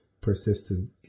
persistent